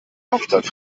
hauptstadt